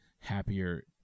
happier